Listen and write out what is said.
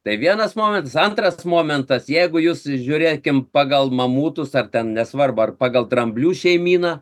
tai vienas momentas antras momentas jeigu jūs žiūrėkim pagal mamutus ar ten nesvarbu ar pagal dramblių šeimyną